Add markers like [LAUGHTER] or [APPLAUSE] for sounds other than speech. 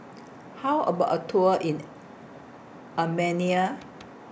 [NOISE] How about A Tour in Armenia